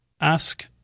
ask